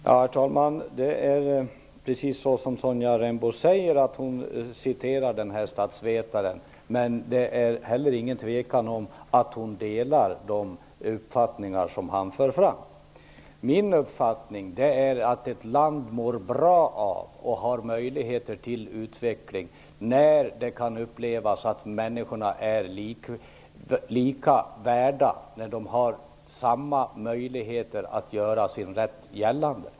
Herr talman! Det är precis som Sonja Rembo säger, dvs. hon citerar statsvetaren. Men det råder inget tvivel om att hon delar de uppfattningar som han för fram. Min uppfattning är att ett land mår bra av och har möjligheter till utveckling när det kan upplevas att människorna är lika värda, dvs. när de har samma möjligheter att göra sin rätt gällande.